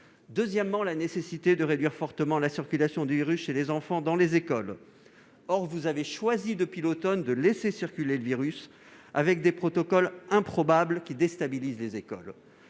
Deuxièmement, la nécessité de réduire fortement la circulation du virus chez les enfants, dans les écoles. Or vous avez choisi, depuis l'automne, de laisser circuler le virus, avec des protocoles improbables, qui déstabilisent les écoles.